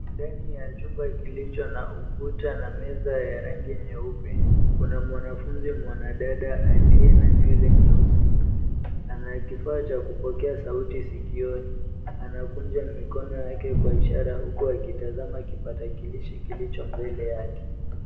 Ndani ya chumba kilicho na ukuta na meza ya rangi nyeupe. Kuna mwanafunzi mwanadada aliye na nywele nyeusi. Ana kifaa cha kupokea sauti sikioni. Anakunja mikono yake kwa ishara huku akitazama kipatakilishi kilicho mbele yake.